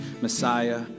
Messiah